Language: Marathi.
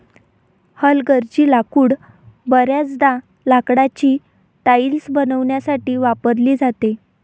हलगर्जी लाकूड बर्याचदा लाकडाची टाइल्स बनवण्यासाठी वापरली जाते